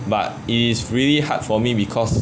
but it is really hard for me because